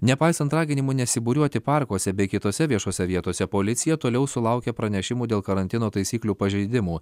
nepaisant raginimų nesibūriuoti parkuose bei kitose viešose vietose policija toliau sulaukia pranešimų dėl karantino taisyklių pažeidimų